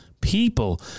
people